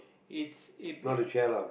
it's it be~ uh